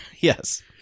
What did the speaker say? Yes